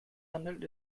handelt